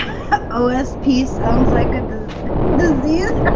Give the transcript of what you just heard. ah s piece sounds like a disease.